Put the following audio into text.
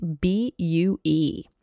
B-U-E